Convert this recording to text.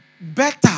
Better